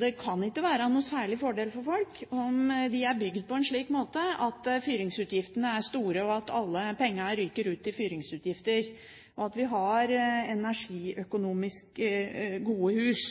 Det kan ikke være noen særlig fordel for folk om de er bygd på en slik måte at fyringsutgiftene er store, at alle pengene ryker opp i fyringsutgifter. Vi må ha energiøkonomisk gode hus.